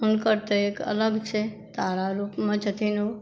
ओकर तऽ एक अलग छै तारा रूपमे छथिन ओ